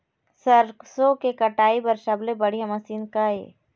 सरसों के कटाई बर सबले बढ़िया मशीन का ये?